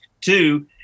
Two